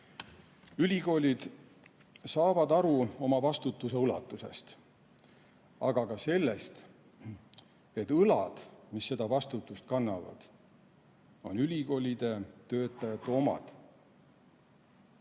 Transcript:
Ülikoolid saavad aru oma vastutuse ulatusest, aga ka sellest, et õlad, mis seda vastutust kannavad, on ülikoolide töötajate omad.